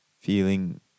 Feeling